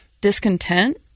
discontent